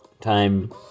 time